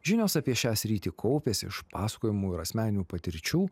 žinios apie šią sritį kaupėsi iš pasakojimų ir asmeninių patirčių